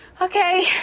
Okay